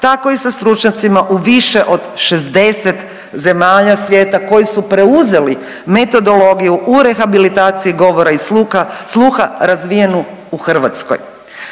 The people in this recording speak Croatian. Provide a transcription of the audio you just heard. tako i sa stručnjacima u više od 60 zemalja svijeta koji su preuzeli metodologiju u rehabilitaciji govora i sluha razvijenu u Hrvatskoj.